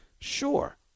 sure